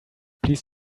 please